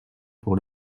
pour